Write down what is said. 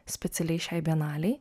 specialiai šiai bienalei